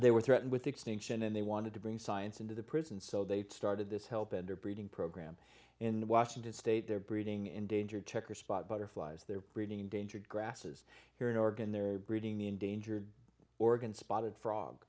they were threatened with extinction and they wanted to bring science into the prison so they started this help in their breeding program in washington state they're breeding endangered checker spot butterflies they're breeding endangered grasses here in oregon they're breeding the endangered oregon spotted frog